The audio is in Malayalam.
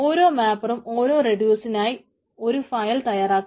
ഓരോ മാപ്പറും ഓരോ റെഡ്യൂസറിനായി ഒരു ഫയൽ തയ്യാറാക്കുന്നു